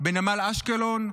בנמל אשקלון,